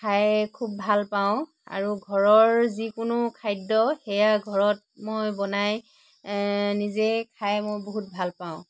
খাই খুব ভালপাওঁ আৰু ঘৰৰ যিকোনো খাদ্য সেয়া ঘৰত মই বনাই নিজেই খাই মই বহুত ভালপাওঁ